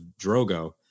Drogo